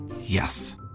Yes